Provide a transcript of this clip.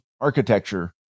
architecture